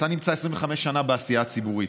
אתה נמצא 25 שנה בעשייה הציבורית.